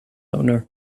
owner